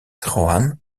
rohan